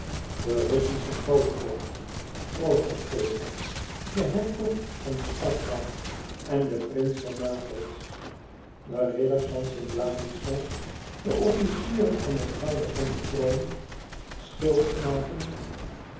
de russische grootvorst troonopvolger de hertog van sparta en de prins van napels de ridders van st ladislas de officieren van de garde van den troon